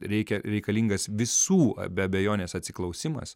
reikia reikalingas visų be abejonės atsiklausimas